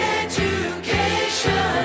education